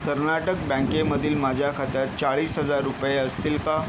कर्नाटक बँकेमधील माझ्या खात्यात चाळीस हजार रुपये असतील का